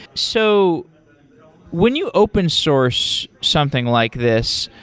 so when you open source something like this,